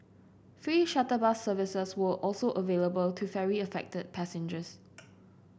free shuttle bus services were also available to ferry affected passengers